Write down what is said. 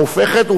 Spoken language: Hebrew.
ההופכת,